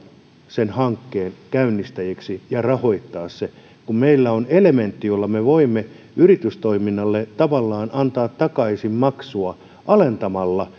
hankkeen käynnistäjiksi ja rahoittaa sen kun meillä on elementti jolla me voimme yritystoiminnalle tavallaan antaa takaisinmaksua alentamalla